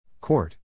Court